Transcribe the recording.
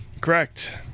Correct